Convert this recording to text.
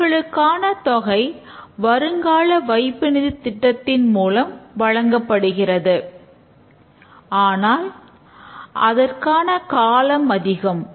அவர்களுக்கான தொகை வருங்கால வைப்பு நிதி திட்டத்தின் மூலம் வழங்கப்படுகிறது ஆனால் அதற்கான காலம் அதிகம்